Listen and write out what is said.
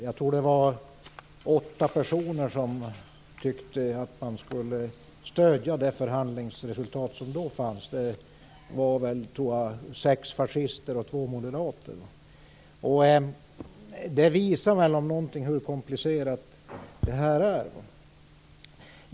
Jag tror att det var åtta personer som tyckte att man skulle stödja det förhandlingsresultat som då fanns - sex fascister och två moderater, tror jag det var. Detta visar väl om något hur komplicerat det hela är.